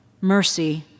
mercy